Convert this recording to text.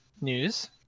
news